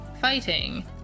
fighting